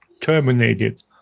terminated